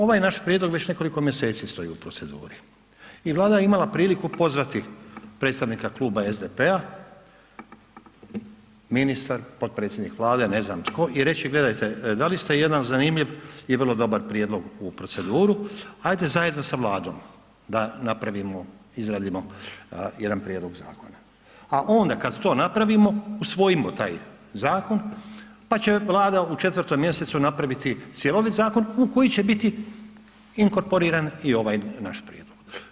Ovaj naš prijedlog već nekoliko mjeseci stoji u proceduri i Vlada je imala priliku pozvati predstavnika kluba SDP-a, ministar, potpredsjednik Vlade, ne znam tko i reći gledajte, dali ste jedan zanimljiv i vrlo dobar prijedlog u proceduru, ajde zajedno sa Vladom da napravimo, izradimo jedan prijedlog zakona a onda kad to napravimo, usvojimo taj zakon pa će Vlada u 4 mj. napraviti cjeloviti zakon u koji će biti inkorporiran i ovaj naš prijedlog.